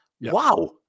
Wow